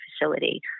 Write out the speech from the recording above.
facility